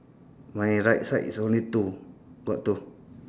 my right side is only two got two